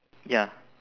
ya